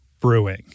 Brewing